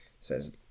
says